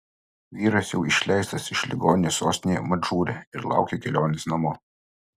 vyras jau išleistas iš ligoninės sostinėje madžūre ir laukia kelionės namo